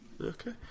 Okay